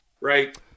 right